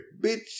Bitch